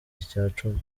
icyacumi